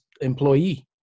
employee